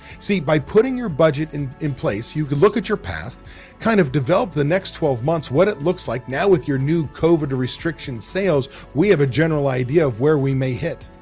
see, by putting your budget in in place, you can look at your past kind of develop the next twelve months. what it looks like now with your new covid restriction sales. we have a general idea of where we may hit.